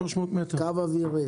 300-200 מטר בקו אווירי.